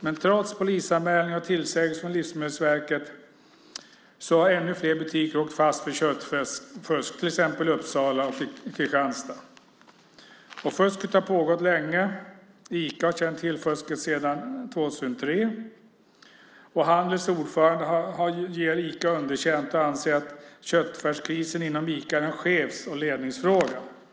men trots polisanmälningar och tillsägelser från Livsmedelsverket har ännu fler butiker åkt fast för köttfusk, till exempel i Uppsala och Kristianstad. Fusket har pågått länge. Ica har känt till fusket sedan 2003. Handels ordförande ger Ica underkänt och anser att köttfärskrisen inom Ica är en chefs och ledningsfråga.